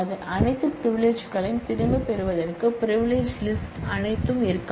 அனைத்து பிரிவிலிஜ்களையும் திரும்பப்பெறுவதற்கு பிரிவிலிஜ் லிஸ்ட் அனைத்தும் இருக்கலாம்